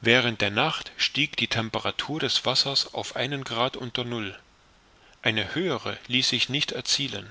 während der nacht stieg die temperatur des wassers auf einen grad unter null eine höhere ließ sich nicht erzielen